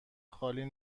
خالی